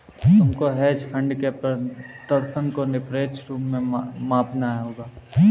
तुमको hedge fund के प्रदर्शन को निरपेक्ष रूप से मापना होगा